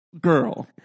girl